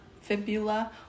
fibula